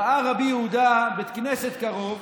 ראה רבי יהודה בית כנסת קרוב,